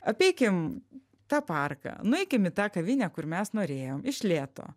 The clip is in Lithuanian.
apeikim tą parką nueikim į tą kavinę kur mes norėjom iš lėto